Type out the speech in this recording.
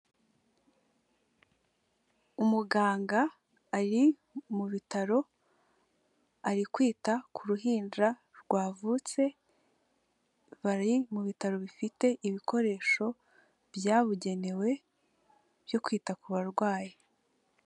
Umuganga ari mu bitaro ari kwita ku ruhinja rwavutse, bari mu bitaro bifite ibikoresho byabugenewe byo kwita ku barwayi.